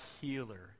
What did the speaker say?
healer